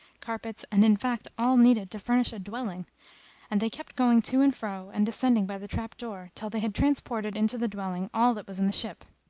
carpets and in fact all needed to furnish a dwelling and they kept going to and fro, and descending by the trap door, till they had transported into the dwelling all that was in the ship.